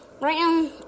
Right